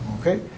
Okay